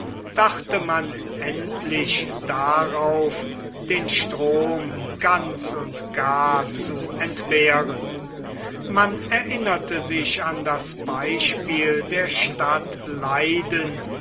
dachte man endlich darauf den strom ganz und gar zu entbehren man erinnerte sich an das beispiel der stadt leyden